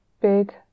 big